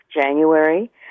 January